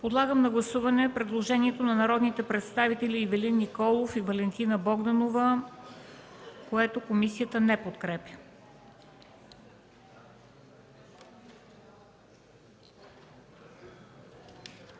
Подлагам на гласуване предложението от народните представители Ивелин Николов и Валентина Богданова, което комисията не подкрепя.